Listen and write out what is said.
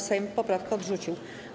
Sejm poprawkę odrzucił.